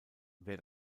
wer